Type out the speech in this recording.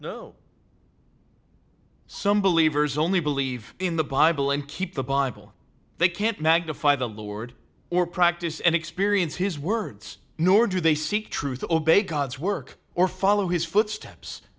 will no some believers only believe in the bible and keep the bible they can't magnify the lord or practice and experience his words nor do they seek truth obey god's work or follow his footsteps